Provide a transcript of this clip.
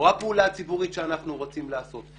או לפעולה הציבורית שאנחנו רוצים לעשות.